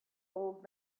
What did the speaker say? old